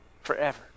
Forever